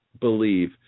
believe